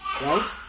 right